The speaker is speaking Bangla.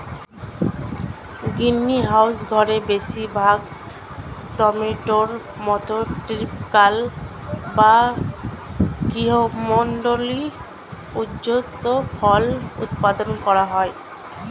গ্রিনহাউস ঘরে বেশিরভাগ টমেটোর মতো ট্রপিকাল বা গ্রীষ্মমন্ডলীয় উদ্ভিজ্জ ফল উৎপাদন করা হয়